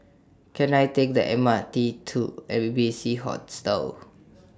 Can I Take The M R T to Airy B C Hostel